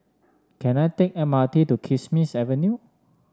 can I take the M R T to Kismis Avenue